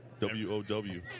w-o-w